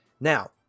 Now